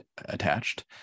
attached